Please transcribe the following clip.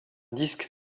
disque